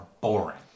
boring